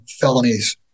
felonies